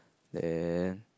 then